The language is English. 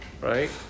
right